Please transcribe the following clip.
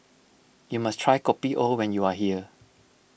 you must try Kopi O when you are here